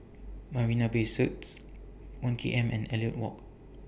Marina Bay Suites one K M and Elliot Walk